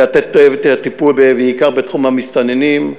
לתת יותר טיפול בעיקר בתחום המסתננים,